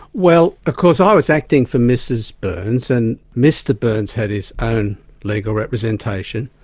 well, of course, i was acting for mrs byrnes, and mr byrnes had his own legal representation.